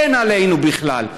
אין עלינו בכלל,